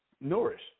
nourish